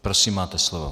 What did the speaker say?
Prosím, máte slovo.